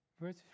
Verse